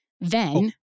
then-